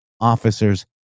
officers